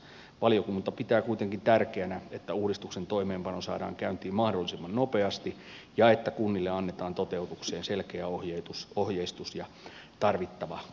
valiokunta pitää kuitenkin tärkeänä että uudistuksen toimeenpano saadaan käyntiin mahdollisimman nopeasti ja että kunnille annetaan toteutukseen selkeä ohjeistus ja tarvittava koulutus